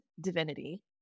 divinity